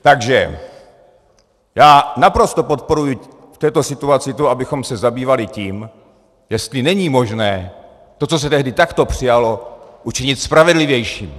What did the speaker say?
Takže já naprosto podporuji v této situaci to, abychom se zabývali tím, jestli není možné to, co se tehdy takto přijalo, učinit spravedlivějším.